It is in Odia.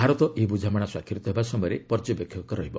ଭାରତ ଏହି ବୁଝାମଣା ସ୍ୱାକ୍ଷରିତ ହେବା ସମୟରେ ପର୍ଯ୍ୟବେକ୍ଷକ ରହିବ